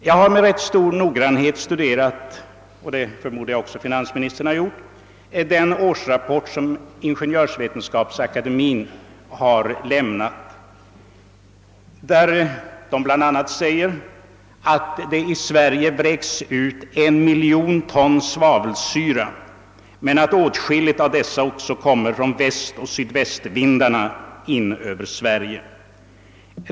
Jag har — liksom, förmodar jag, även finansministern — med stort intresse och noggrannhet studerat Ingeniörsvetenskapsakademiens årsrapport, där det bl.a. påvisas att det i Sverige vräks ut en miljon ton svavelsyra per år, men att åtskilligt av detta kommer in över Sverige från utlandet med västoch sydvästvindarna.